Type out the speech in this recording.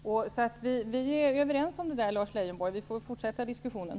Vi är överens om detta, Lars Leijonborg, och vi får väl fortsätta diskussionen.